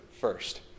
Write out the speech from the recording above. first